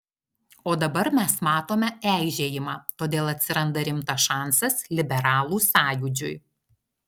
o dabar mes matome eižėjimą todėl atsiranda rimtas šansas liberalų sąjūdžiui